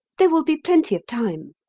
there will be plenty of time.